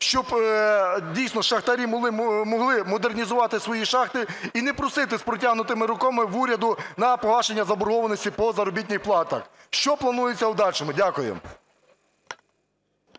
щоб, дійсно, шахтарі могли модернізувати свої шахти і не просити з протягнутими руками в уряду на погашення заборгованості по заробітних платах. Що планується в подальшому? Дякую.